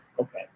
Okay